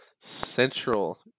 Central